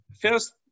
first